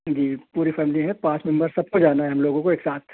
جی پوری فیملی ہے پانچ ممبر سب کو جانا ہے ہم لوگوں کو ایک ساتھ